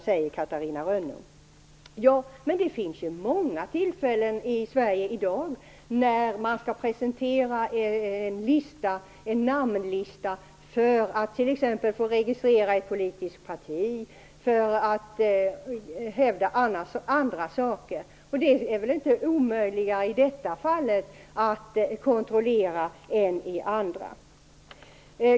frågar Catarina Rönnung. Ja, det finns många möjligheter i Sverige i dag, t.ex. när man skall presentera en namnlista för att få registrera ett politiskt parti eller för att hävda andra saker. Det är väl inte svårare att kontrollera i det fallet än i andra?